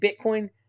Bitcoin